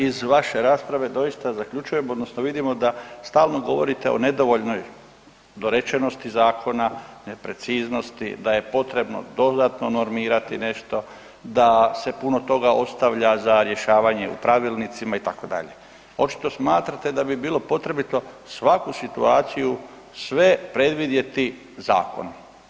Iz vaše rasprave doista zaključujem odnosno vidimo da stalo govorite o nedovoljnoj dorečenosti zakona, ne preciznosti, da je potrebno dodatno normirati nešto, da se puno toga ostavlja za rješavanje u pravilnicima itd., očito smatrate da bi bilo potrebito svaku situaciju sve predvidjeti zakonom.